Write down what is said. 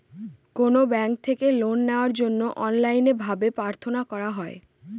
কোনো ব্যাঙ্ক থেকে লোন নেওয়ার জন্য অনলাইনে ভাবে প্রার্থনা করা হয়